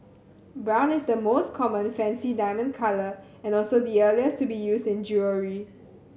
brown is the most common fancy diamond colour and also the earliest to be used in jewellery